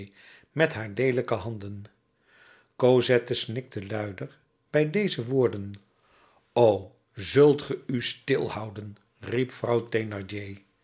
met haar leelijke handen cosette snikte luider bij deze woorden o zult ge u stil houden riep